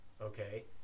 okay